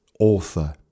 Author